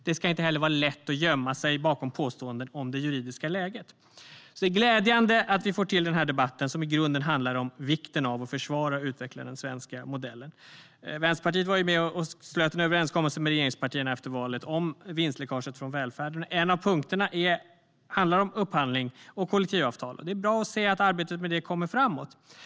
Det ska inte heller vara lätt att gömma sig bakom påståenden om det juridiska läget. Det är därför glädjande att vi har denna debatt som i grunden handlar om vikten av att försvara och utveckla den svenska modellen. Vänsterpartiet var med och slöt en överenskommelse med regeringspartierna efter valet om vinstläckaget från välfärden. En av punkterna handlar om upphandling och kollektivavtal, och det är bra att se att arbetet med det går framåt.